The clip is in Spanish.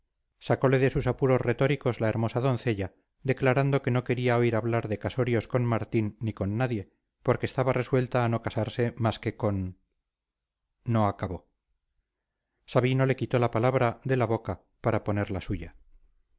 figura sacole de sus apuros retóricos la hermosa doncella declarando que no quería oír hablar de casorios con martín ni con nadie porque estaba resuelta a no casarse más que con no acabó sabino le quitó la palabra de la boca para poner la suya